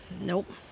Nope